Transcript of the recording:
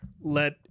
let